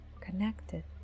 connected